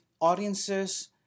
audiences